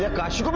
yeah kashi?